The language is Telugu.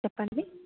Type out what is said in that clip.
చెప్పండి